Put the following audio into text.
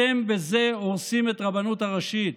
אתם בזה הורסים את הרבנות הראשית.